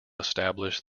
established